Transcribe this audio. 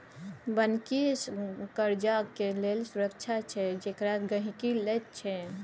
बन्हकी कर्जाक लेल सुरक्षा छै जेकरा गहिंकी लैत छै